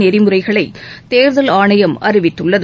நெறிமுறைகளை தேர்தல் ஆணையம் அறிவித்துள்ளது